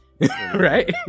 right